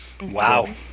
Wow